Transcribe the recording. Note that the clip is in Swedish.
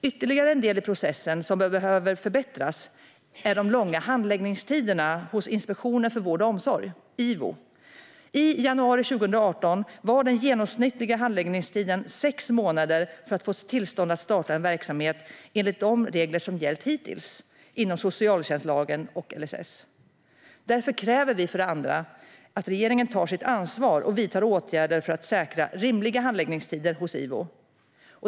Ytterligare en del i processen som behöver förbättras är de långa handläggningstiderna hos Inspektionen för vård och omsorg, IVO. I januari 2018 var den genomsnittliga handläggningstiden sex månader för att få tillstånd att starta en verksamhet enligt de regler som gällt hittills inom socialtjänstlagen och LSS. Därför kräver vi för det andra att regeringen tar sitt ansvar och vidtar åtgärder för att säkra rimliga handläggningstider hos IVO.